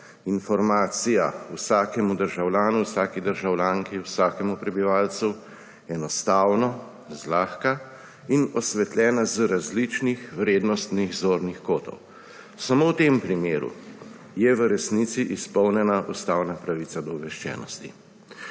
informacija vsakemu državljanu, vsaki državljanki, vsakemu prebivalcu enostavno, zlahka in osvetljeno z različnih vrednostnih zornih kotov. Samo v tem primeru je v resnici izpolnjena ustavna pravica do obveščenosti.